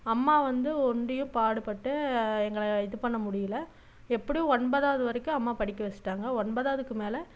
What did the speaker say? அம்மா வந்து ஒண்டியும் பாடுபட்டு எங்களை இது பண்ண முடியலை எப்படியும் ஒன்பதாவது வரைக்கும் அம்மா படிக்க வைச்சிட்டாங்க ஒன்பதாவதுக்கு மேலே